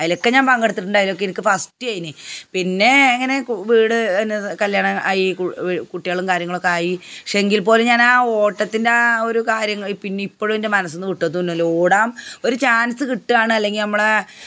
അതിലൊക്കെ ഞാൻ പങ്കെടുത്തിട്ടുണ്ട് അതിലൊക്കെ എനിക്ക് ഫസ്റ്റായിരുന്നു പിന്നെ അങ്ങനെ വീട് എന്നത് കല്യാണം ആയി കുട്ടികളും കാര്യങ്ങളൊക്കെ ആയി പക്ഷേ എങ്കിൽ പോലും ഞാൻ ആ ഓട്ടത്തിൻ്റെ ആ ഒരു കാര്യം പിന്നെ ഇപ്പോഴും എൻ്റെ മനസ്സില്നിന്ന് വിട്ടത്തൊന്നൂല്ല ഓടാൻ ഒരു ചാൻസ് കിട്ടാണ് അല്ലെങ്കില് ഞമ്മളെ